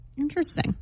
Interesting